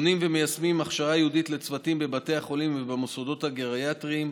אנחנו ומיישמים הכשרה ייעודית לצוותים בבתי החולים ובמוסדות הגריאטריים,